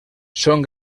són